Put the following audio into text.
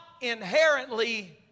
inherently